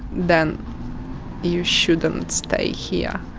then you shouldn't stay here.